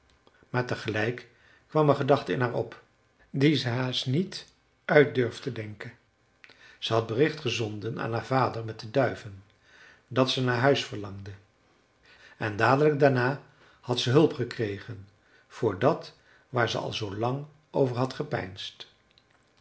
maar tegelijk kwam een gedachte in haar op die ze haast niet uit durfde denken ze had bericht gezonden aan haar vader met de duiven dat ze naar huis verlangde en dadelijk daarna had ze hulp gekregen voor dat waar ze al zoo lang over had gepeinsd